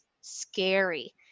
scary